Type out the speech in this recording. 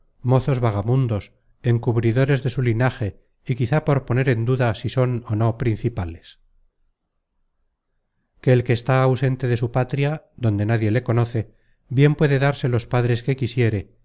mozos vagamundos encubridores de su linaje y quizá por poner en duda si son ó no principales que el que está ausente de su patria donde nadie le conoce bien puede darse los padres que quisiere